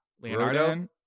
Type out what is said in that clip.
Leonardo